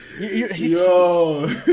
Yo